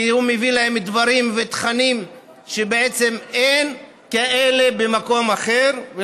כי הוא מביא להם דברים ותכנים שבעצם אין במקום אחר.